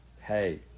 Hey